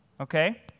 okay